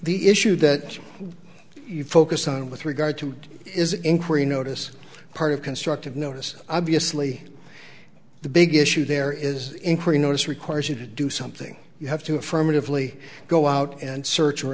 the issue that you focus on with regard to is an inquiry notice part of constructive notice obviously the big issue there is increased notice requires you to do something you have to affirmatively go out and search or